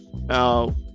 now